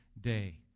day